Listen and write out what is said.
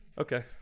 Okay